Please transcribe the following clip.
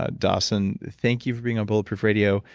ah dawson, thank you for being on bulletproof radio.